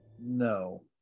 no